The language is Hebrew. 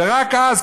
ורק אז,